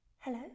Hello